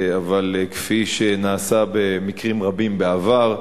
אבל כפי שנעשה במקרים רבים בעבר,